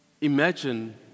Imagine